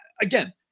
again